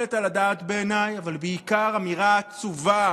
הזאת על תנאי, מי שמשרת, הוא סרבן.